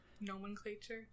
nomenclature